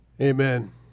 Amen